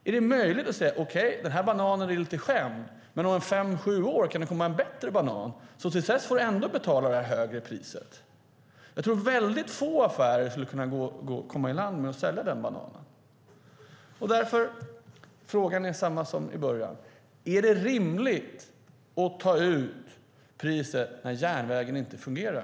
Är det möjligt att säga: Okej, den här bananen är lite skämd, men om fem till sju år kan det komma en bättre banan så till dess får du ändå betala det högre priset. Jag tror att väldigt få affärer skulle gå i land med att sälja den bananen. Därför är min fråga densamma som i början: Är det rimligt att ta ut priset när järnvägen inte fungerar?